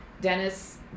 Dennis